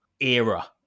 era